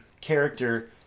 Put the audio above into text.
character